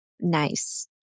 nice